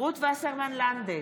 רות וסרמן לנדה,